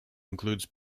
includes